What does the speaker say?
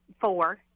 four